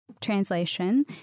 translation